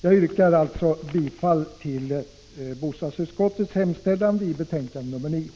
Jag yrkar bifall till bostadsutskottets hemställan i betänkande nr 9.